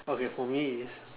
okay for me is